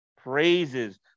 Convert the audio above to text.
praises